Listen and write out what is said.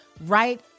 right